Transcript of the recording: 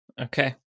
Okay